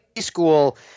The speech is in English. school